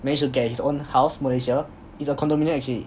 managed to get his own house malaysia it's a condominium actually